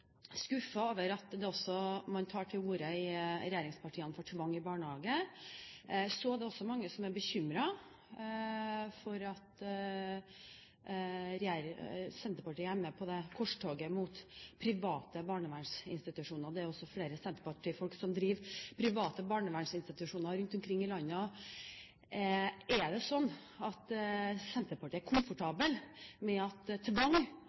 skuffet over at man i regjeringspartiene også tar til orde for tvang i barnehage. Det er også mange som er bekymret for at Senterpartiet er med på korstoget mot private barnevernsinstitusjoner. Det er flere senterpartifolk som driver private barnevernsinstitusjoner rundt omkring i landet. Er det sånn at Senterpartiet er komfortabel med at